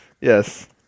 Yes